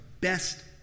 best